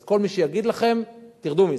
אז כל מי שיגיד לכם, תרדו מזה.